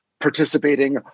Participating